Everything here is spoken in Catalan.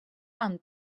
amb